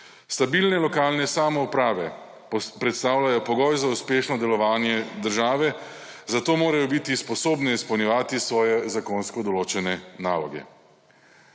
Stabilne lokalne samouprave predstavljajo pogoj za uspešno delovanje države, zato morajo biti sposobne izpolnjevati svoje zakonsko določene naloge.